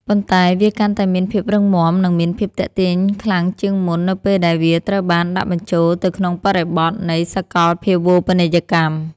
ប៉ុន្តែវាកាន់តែមានភាពរឹងមាំ និងមានភាពទាក់ទាញខ្លាំងជាងមុន នៅពេលដែលវាត្រូវបានដាក់បញ្ចូលទៅក្នុងបរិបទនៃសកលភាវូបនីយកម្ម។